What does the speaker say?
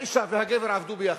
האשה והגבר עבדו יחד.